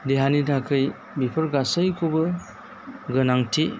देहानि थाखै बेफोर गासैखौबो गोनांथि